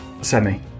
semi